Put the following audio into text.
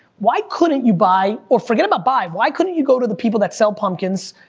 why couldn't you buy, or forget about buy, why couldn't you go to the people that sell pumpkins,